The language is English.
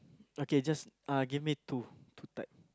okay just uh give me two two type